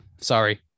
sorry